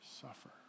suffer